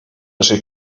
naszej